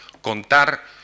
contar